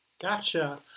Gotcha